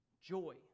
joy